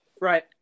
right